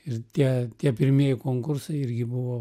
ir tie tie pirmieji konkursai irgi buvo